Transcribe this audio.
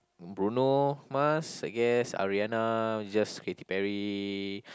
Bruno Mars I guess Ariana just Katy Perry